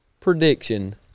prediction